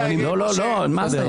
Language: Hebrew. מה זה?